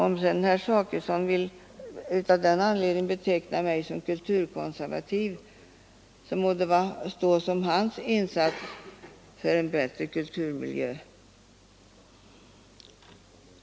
Om sedan herr Zachrisson av den anledningen vill beteckna mig som kulturkonservativ, må det stå som hans insats för en bättre kulturmiljö.